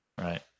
Right